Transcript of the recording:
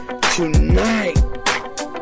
tonight